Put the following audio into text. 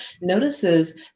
notices